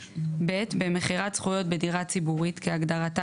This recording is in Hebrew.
(ב)במכירת זכויות בדירה ציבורית כהגדרתה